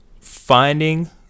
finding